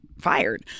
fired